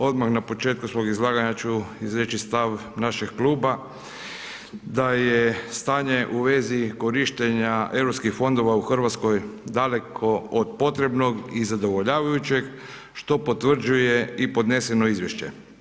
Odmah na početku svog izlaganja ću izreći stav našeg kluba, da je stanje u vezi korištenja europskih fondova u Hrvatskoj daleko od potrebnog i zadovoljavajućeg što potvrđuje i podneseno izvješće.